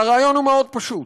והרעיון הוא מאוד פשוט,